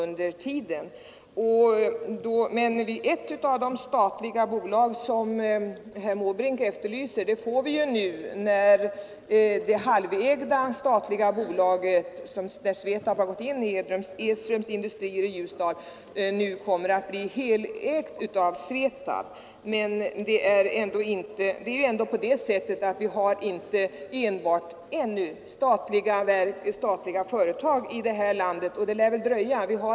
Men ett av de statliga företag som herr Måbrink efterlyser får vi när det av staten halvägda Edströms Industrier i Ljusdal nu kommer att bli helägt av Svetab. Men vi har ännu inte enbart statliga företag i det här landet, och det lär väl dröja innan vi får det.